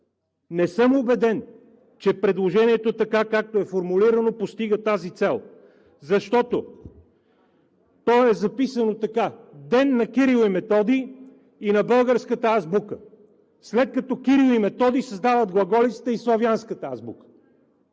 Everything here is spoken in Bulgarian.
Не съм убеден, че предложението, така както е формулирано, постига тази цел, защото то е записано така: „Ден на Кирил и Методий и на българската азбука – след като Кирил и Методий създават глаголицата и славянската азбука,